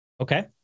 Okay